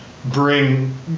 bring